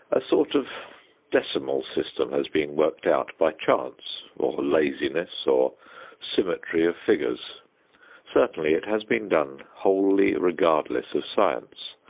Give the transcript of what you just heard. a sort of decimal system has been worked out by chance or laziness or symmetry of figures certainly it has been done wholly regardless of science,